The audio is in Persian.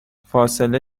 فاصله